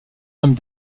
hommes